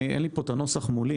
אין לי פה את הנוסח מולי